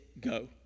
go